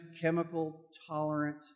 chemical-tolerant